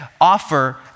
offer